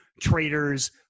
trader's